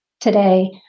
today